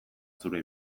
zure